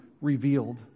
revealed